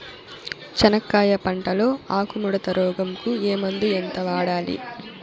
చెనక్కాయ పంట లో ఆకు ముడత రోగం కు ఏ మందు ఎంత వాడాలి?